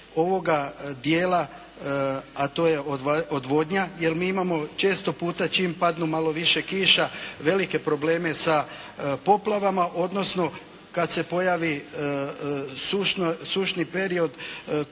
ovoga dijela, a to je odvodnja, jer mi imamo često puta čim padnu malo više kiša, velike probleme sa poplavama, odnosno kad se pojavi sušni period da